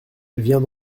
viens